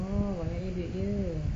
oh banyaknya duit dia